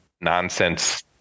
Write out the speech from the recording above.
nonsense